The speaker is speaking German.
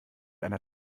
einer